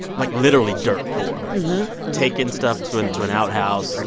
like, literally dirt poor taking stuff to and to an outhouse, and